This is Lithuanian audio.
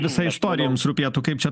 visa istorija jums rūpėtų kaip čia